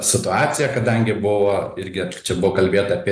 situaciją kadangi buvo irgi čia buvo kalbėta apie